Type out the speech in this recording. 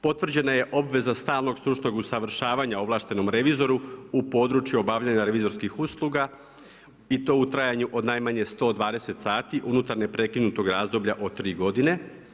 Potvrđena je obveza stalnog stručnog usavršavanja ovlaštenom revizoru u području obavljanja revizorskih usluga i to u trajanju od najmanje 120 sati unutar neprekinutog razdoblja od tri godine.